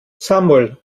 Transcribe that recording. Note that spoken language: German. samuel